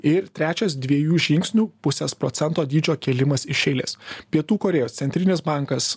ir trečias dviejų žingsnių pusės procento dydžio kėlimas iš eilės pietų korėjos centrinis bankas